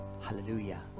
Hallelujah